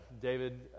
David